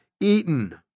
eaten